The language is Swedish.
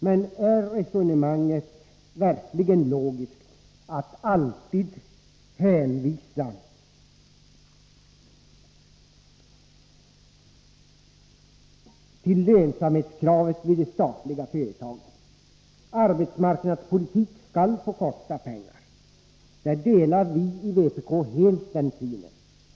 Men är resonemanget verkligen logiskt, att alltid hänvisa till lönsamhetskravet vid de statliga företagen? Arbetsmarknadspolitik skall få kosta pengar. Den synen delar vi i vpk helt.